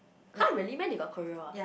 !huh! really meh they got choreo ah